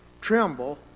tremble